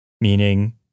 Meaning